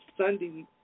Sunday